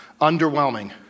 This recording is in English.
Underwhelming